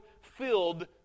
filled